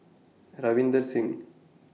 Ravinder Singh